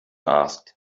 asked